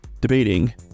debating